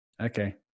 Okay